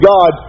God